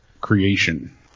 creation